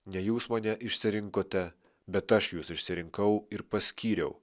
ne jūs mane išsirinkote bet aš jus išsirinkau ir paskyriau